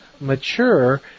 mature